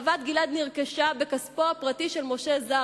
חוות-גלעד נרכשה בכספו הפרטי של משה זר,